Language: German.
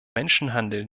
menschenhandel